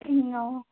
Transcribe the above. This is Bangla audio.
হুম ও